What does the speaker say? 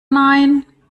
nein